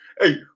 hey